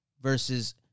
versus